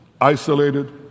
isolated